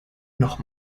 noch